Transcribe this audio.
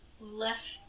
left